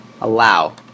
Allow